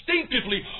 instinctively